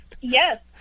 Yes